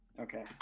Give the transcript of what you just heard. Okay